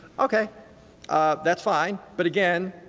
okay that's fine. but again,